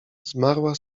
zmarła